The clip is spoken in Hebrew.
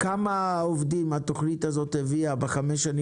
כמה עובדים התוכנית הזאת הביאה בחמש השנים